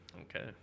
okay